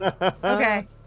Okay